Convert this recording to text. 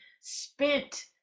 spent